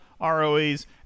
ROEs